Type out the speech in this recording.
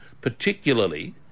particularly